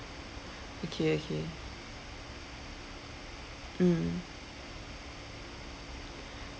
okay okay mm